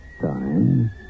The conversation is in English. time